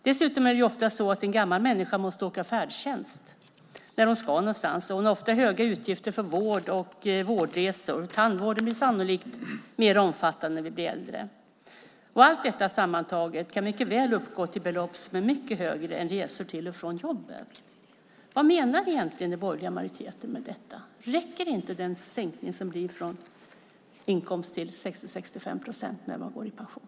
Dessutom måste ofta en gammal människa åka färdtjänst när hon ska någonstans, och hon har ofta höga utgifter för vård och vårdresor. Tandvården blir sannolikt mer omfattande när vi blir äldre. Allt detta sammantaget kan mycket väl uppgå till belopp som är mycket högre än det för resor till och från jobbet. Vad menar egentligen den borgerliga majoriteten med detta? Räcker inte den sänkning som blir från inkomst till 60-65 procent när man går i pension?